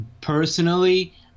Personally